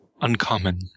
uncommon